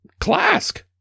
Clask